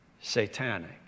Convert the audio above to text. satanic